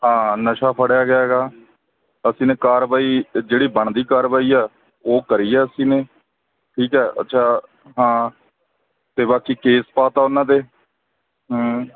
ਹਾਂ ਨਸ਼ਾ ਫੜਿਆ ਗਿਆ ਹੈਗਾ ਅਸੀਂ ਨੇ ਕਾਰਵਾਈ ਜਿਹੜੀ ਬਣਦੀ ਕਾਰਵਾਈ ਆ ਉਹ ਕਰੀ ਆ ਅਸੀਂ ਨੇ ਠੀਕ ਹੈ ਅੱਛਾ ਹਾਂ ਅਤੇ ਬਾਕੀ ਕੇਸ ਪਾਤਾ ਉਹਨਾਂ 'ਤੇ